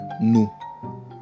No